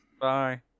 Bye